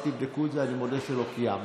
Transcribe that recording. תבדקו את זה, אני מודה שלא בדקתי.